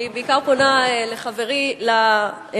אני בעיקר פונה לחברי לסיעה,